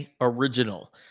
original